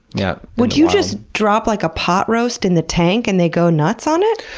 yeah would you just drop like a pot roast in the tank and they go nuts on it?